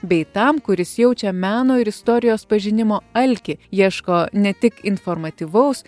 bei tam kuris jaučia meno ir istorijos pažinimo alkį ieško ne tik informatyvaus